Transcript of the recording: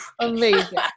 Amazing